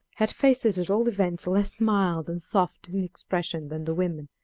had faces at all events less mild and soft in expression than the women,